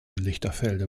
lichterfelde